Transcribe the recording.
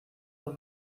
por